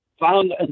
found